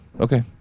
Okay